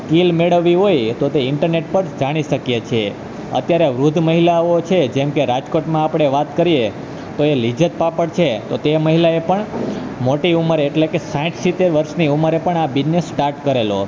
skill મેળવવી હોય તો તે ઈન્ટરનેટ પર જાણી શકીએ છીએ અત્યારે વૃદ્ધ મહિલાઓ છે જેમ કે રાજકોટમાં આપણે વાત કરીએ તો એ લીજ્જત પાપડ છે તો તે મહિલાએ પણ મોટી ઉંમર એટલે કે સાહીઠ સિત્તેર વર્ષની ઉંમરે પણ આ બીજનેસ સ્ટાર્ટ કરેલો